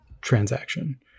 transaction